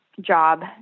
job